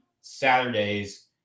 Saturdays